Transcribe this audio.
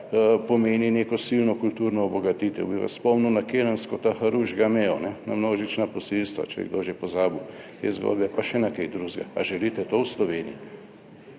pomeni neko silno kulturno obogatitev. Bi vas spomnil na "kelensko taharrush gameo"(?), na množična posilstva, če je kdo že pozabil te zgodbe, pa še na kaj drugega. Ali želite to v Sloveniji?